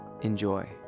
Enjoy